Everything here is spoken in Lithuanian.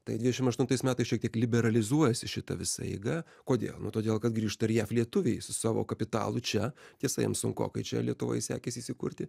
tai dvidešim aštuntais metais šiek tiek liberalizuojasi šita visa eiga kodėl nu todėl kad grįžta ir jav lietuviai su savo kapitalu čia tiesa jiem sunkokai čia lietuvoj sekėsi įsikurti